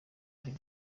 ariyo